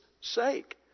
sake